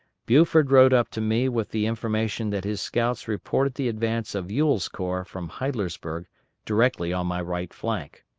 buford rode up to me with the information that his scouts reported the advance of ewell's corps from heidlersburg directly on my right flank.